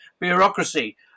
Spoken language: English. bureaucracy